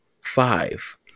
five